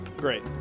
Great